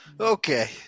Okay